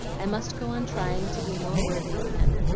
i must go on trying to be more worthy of him,